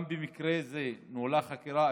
גם במקרה זה נוהלה חקירה,